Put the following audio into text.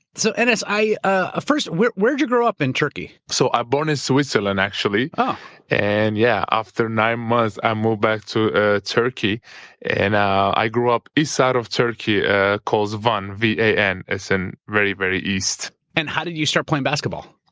so and enes, ah first, where where did you grow up in turkey? so i born in switzerland, actually. um and yeah, after nine months i moved back to ah turkey and i i grew up east side of turkey ah called van, v a n, it's in very, very east. and how did you start playing basketball?